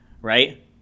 right